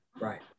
Right